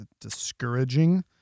discouraging